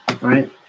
right